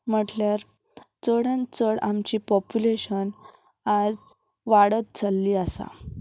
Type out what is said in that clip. म्हटल्यार चडान चड आमची पोप्युलेशन आयज वाडत चलली आसा